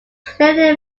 clearly